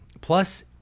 Plus